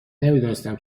نمیدونستم